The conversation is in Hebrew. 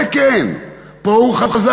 זה כן, פה הוא חזק.